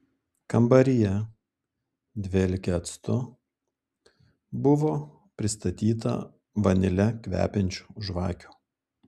kambaryje dvelkė actu buvo pristatyta vanile kvepiančių žvakių